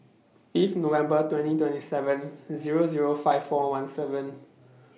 Fifth November twenty twenty seven Zero Zero five four one seven